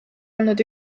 olnud